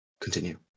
continue